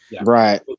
Right